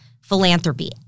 philanthropy